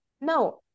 no